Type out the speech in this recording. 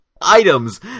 items